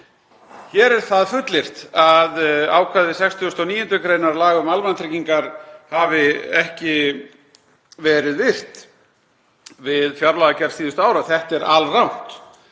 Hér er það fullyrt að ákvæði 69. gr. laga um almannatryggingar hafi ekki verið virt við fjárlagagerð síðustu ára. Þetta er alrangt.